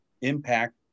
impact